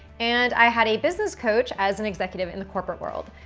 and i had a business coach as an executive in the corporate world.